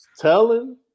Telling